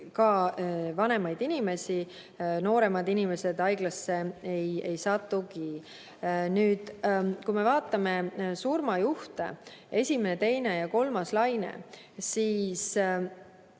ka vanemaid inimesi. Nooremad inimesed haiglasse ei satugi. Nüüd, kui me vaatame surmajuhte – esimene, teine ja kolmas laine –, siis